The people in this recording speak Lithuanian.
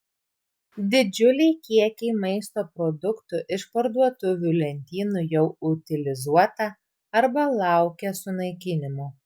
didžiuliai kiekiai maisto produktų iš parduotuvių lentynų jau utilizuota arba laukia sunaikinimo